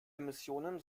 emissionen